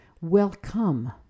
welcome